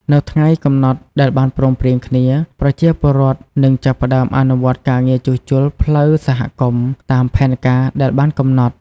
នៅថ្ងៃកំណត់ដែលបានព្រមព្រៀងគ្នា ប្រជាពលរដ្ឋនឹងចាប់ផ្ដើមអនុវត្តការងារជួសជុលផ្លូវសហគមន៍តាមផែនការដែលបានកំណត់។